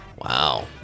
Wow